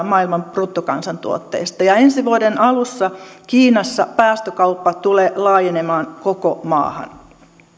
maailman bruttokansantuotteesta ja ensi vuoden alussa kiinassa päästökauppa tulee laajenemaan koko maahan